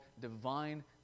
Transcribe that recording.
divine